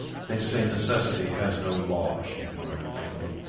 they say necessity has no law, she murmured, faintly.